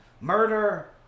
murder